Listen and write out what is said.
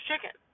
chicken